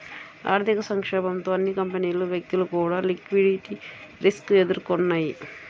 ఆర్థిక సంక్షోభంతో అన్ని కంపెనీలు, వ్యక్తులు కూడా లిక్విడిటీ రిస్క్ ఎదుర్కొన్నయ్యి